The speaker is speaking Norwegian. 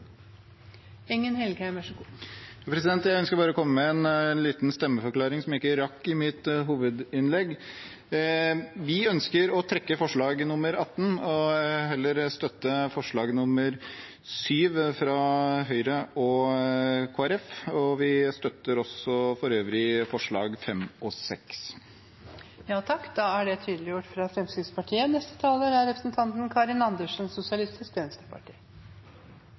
Jeg ønsker bare å komme med en liten stemmeforklaring som jeg ikke rakk i mitt hovedinnlegg. Vi ønsker å trekke forslag nr. 18 og heller støtte forslag nr. 7, fra Høyre og Kristelig Folkeparti. Vi støtter for øvrig også forslagene nr. 5 og 6. Da er det tydeliggjort fra Fremskrittspartiet.